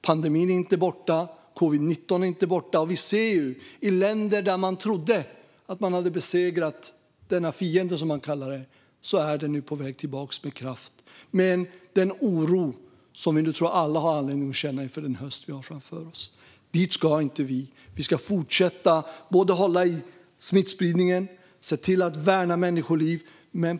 Pandemin är inte borta. Covid-19 är inte borta. I länder där man trodde att man hade besegrat denna fiende, som man kallar den, är den nu på väg tillbaka med kraft - därav den oro som jag tror att vi alla har anledning att känna inför den höst vi har framför oss. Dit ska inte vi. Vi ska fortsätta att hålla i smittspridningen och värna människoliv.